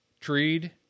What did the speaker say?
treed